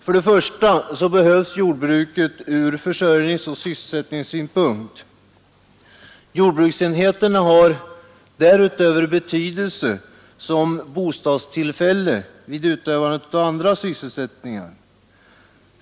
Först och främst behövs jordbruket ur försörjningsoch sysselsättningssynpunkt. Jordbruksenheterna har därutöver betydelse som bostad vid utövandet av andra sysselsättningar.